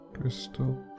Crystal